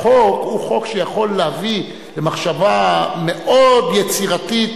החוק הוא חוק שיכול להביא למחשבה מאוד יצירתית,